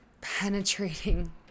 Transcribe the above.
penetrating